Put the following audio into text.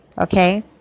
okay